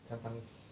常常